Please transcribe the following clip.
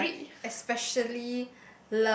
I especially